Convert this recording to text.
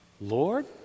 Lord